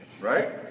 Right